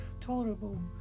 tolerable